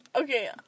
okay